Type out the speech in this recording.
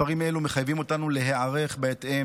מספרים אלו מחייבים אותנו להיערך בהתאם